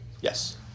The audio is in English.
Yes